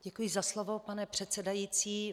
Děkuji za slovo, pane předsedající.